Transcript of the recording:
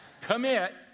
commit